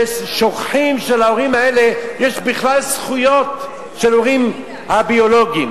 ושוכחים שלהורים האלה יש בכלל זכויות של הורים ביולוגיים.